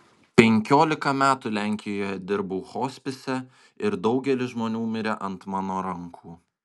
penkiolika metų lenkijoje dirbau hospise ir daugelis žmonių mirė ant mano rankų